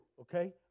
okay